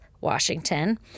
Washington